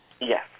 Yes